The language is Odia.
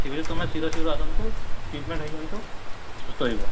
ଠିକ୍ ଅଛି ତୁମେ ଶୀଘ୍ର ଶୀଘ୍ର ଆସନ୍ତୁ ଟ୍ରିଟମେଣ୍ଟ୍ ହେଇଯାନ୍ତୁ ସୁସ୍ଥ ହେବ